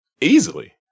Easily